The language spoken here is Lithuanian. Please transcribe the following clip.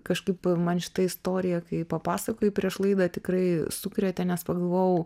kažkaip man šita istorija kai papasakojai prieš laidą tikrai sukrėtė nes pagalvojau